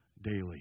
daily